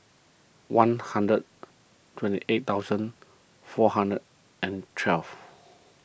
one hundred twenty eight thousand four hundred and twelve